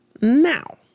now